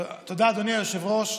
תודה, אדוני היושב-ראש.